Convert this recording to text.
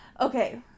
okay